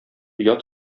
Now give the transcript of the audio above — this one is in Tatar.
оят